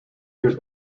years